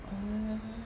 oo